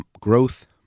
growth